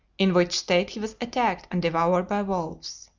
in which state he was attacked and devoured by wolves.